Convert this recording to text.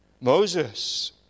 Moses